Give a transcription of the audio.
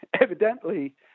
evidently